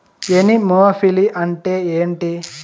Anemophily అంటే ఏంటి?